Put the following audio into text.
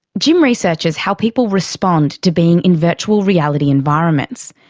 jim researches how people respond to being in virtual reality environments.